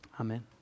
Amen